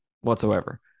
whatsoever